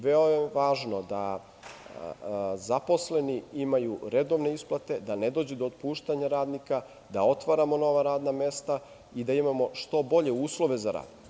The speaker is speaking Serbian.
Veoma je važno da zaposleni imaju redovne isplate, da ne dođe do otpuštanja radnika, da otvaramo nova radna mesta i da imamo što bolje uslove za rad.